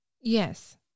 Yes